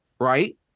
right